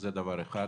זה דבר אחד.